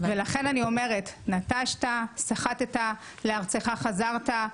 ולכן אני אומרת נטשת, סחטת לארצך חזרת.